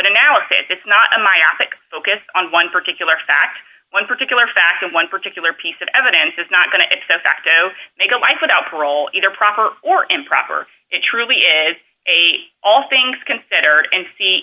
analysis it's not a myopic focus on one particular fact one particular fact and one particular piece of evidence is not going to accept facto make a life without parole either proper or improper it truly is all things considered and see